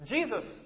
Jesus